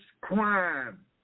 crime